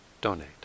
donate